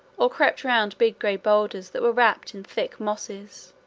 or crept round big grey boulders that were wrapped in thick mosses,